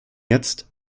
jetzt